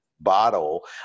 bottle